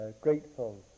grateful